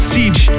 Siege